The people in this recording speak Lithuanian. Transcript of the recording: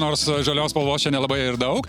nors žalios spalvos čia nelabai ir daug